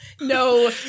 No